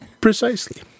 Precisely